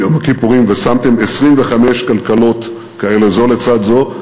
יום הכיפורים ושמתם 25 כלכלות כאלה זו לצד זו,